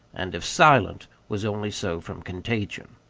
and if silent, was only so from contagion.